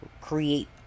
create